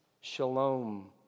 shalom